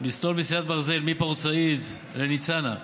לסלול מסילת ברזל מפורט סעיד לניצנה.